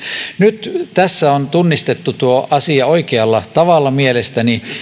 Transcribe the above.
nyt tässä on tunnistettu tuo asia oikealla tavalla mielestäni